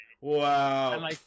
Wow